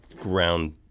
ground